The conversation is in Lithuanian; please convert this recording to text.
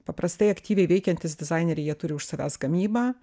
paprastai aktyviai veikiantys dizaineriai jie turi už savęs gamybą